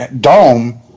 dome